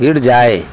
گر جائے